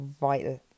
vital